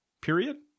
period